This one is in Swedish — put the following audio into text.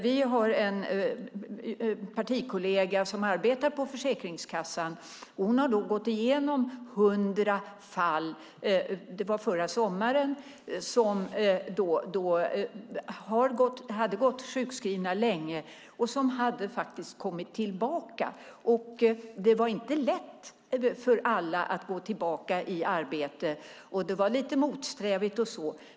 Vi har en partikollega som arbetar på Försäkringskassan. Hon har gått igenom hundra fall förra sommaren där människor hade gått sjukskrivna länge men hade kommit tillbaka. Det var inte lätt för alla att gå tillbaka i arbete. Det var lite motsträvigt och så.